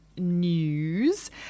News